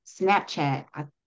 Snapchat